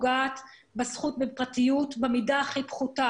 פוגעת בזכות לפרטיות במידה הכי פחותה.